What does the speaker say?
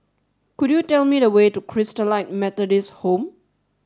could you tell me the way to Christalite Methodist Home